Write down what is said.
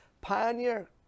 Pioneer